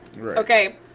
Okay